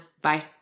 Bye